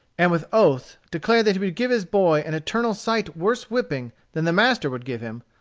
and with oaths declared that he would give his boy an eternal sight worse whipping than the master would give him,